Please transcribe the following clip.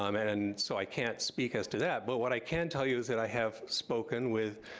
um and and so, i can't speak as to that, but what i can tell you is that i have spoken with